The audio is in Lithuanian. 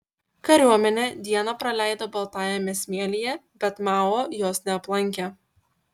kariuomenė dieną praleido baltajame smėlyje bet mao jos neaplankė